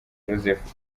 joseph